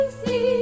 see